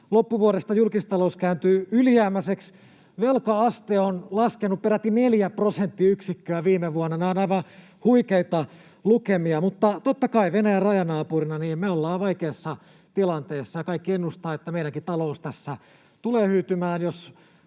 loppuvuodesta julkistalous kääntyi ylijäämäiseksi, ja velka-aste on laskenut peräti neljä prosenttiyksikköä viime vuonna. Nämä ovat aivan huikeita lukemia, mutta totta kai Venäjän rajanaapurina me ollaan vaikeassa tilanteessa, ja kaikki ennustavat, että meidänkin talous tässä tulee hyytymään.